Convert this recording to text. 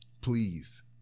please